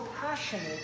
passionate